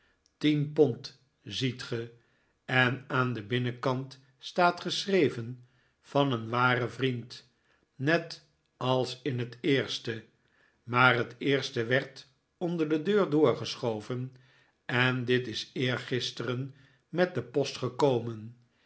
tien pond ziet ge en aan den binnenkant staat geschreven van een waren vriend net als in het eerste maar het eerste werd onder de deur door geschoven en dit is eergisteren met de post gekomen